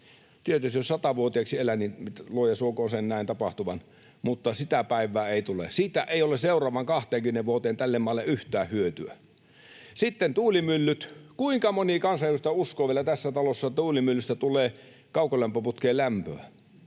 Tietysti jos satavuotiaaksi elän, niin, luoja suokoon, sen näen tapahtuvan, mutta sitä päivää ei tule. Siitä ei ole seuraavaan 20 vuoteen tälle maalle yhtään hyötyä. Sitten tuulimyllyt. Kuinka moni kansanedustaja uskoo vielä tässä talossa, että tuulimyllyistä tulee kaukolämpöputkeen lämpöä?